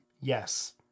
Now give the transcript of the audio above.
Yes